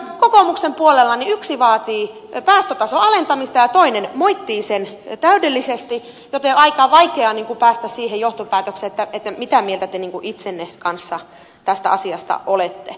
kokoomuksen puolella yksi vaatii päästötason alentamista ja toinen moittii sen täydellisesti joten on aika vaikea tehdä sitä johtopäätöstä mitä mieltä te itsenne kanssa tästä asiasta olette